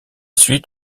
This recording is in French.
suit